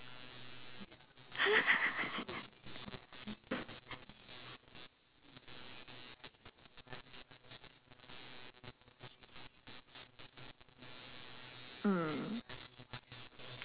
mm